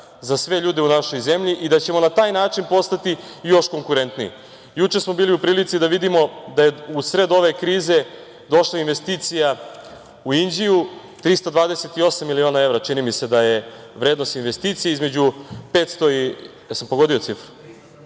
za sve ljude u našoj zemlji i da ćemo na taj način postati još konkurentniji. Juče smo bili u prilici da vidimo da je u sred ove krize došla investicija u Inđiju, 382 miliona evra je vrednost investicije, između 500 i 600 novih radnih